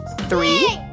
Three